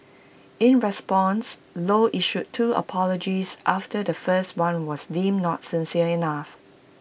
in response low issued two apologies after the first one was deemed not sincere enough